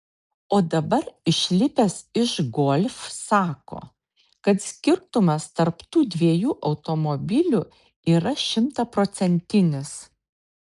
o dabar išlipęs iš golf sako kad skirtumas tarp tų dviejų automobilių yra šimtaprocentinis